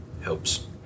Helps